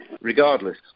regardless